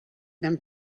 them